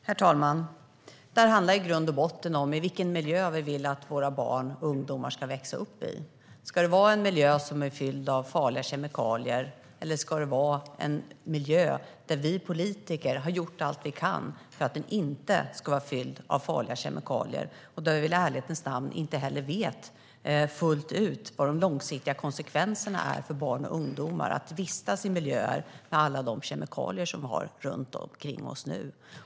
Herr talman! Det här handlar i grund och botten om vilken miljö vi vill att våra barn och ungdomar ska växa upp i. Ska det vara en miljö som är fylld av farliga kemikalier? Eller ska vi politiker ha gjort allt vi kan för att den inte ska vara fylld av farliga kemikalier? I ärlighetens namn vet vi inte heller fullt ut vilka de långsiktiga konsekvenserna är för barn och ungdomar som vistas i miljöer med alla kemikalier vi har runt omkring oss nu.